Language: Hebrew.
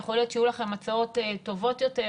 יכול להיות שיהיו לכם הצעות טובות יותר,